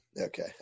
Okay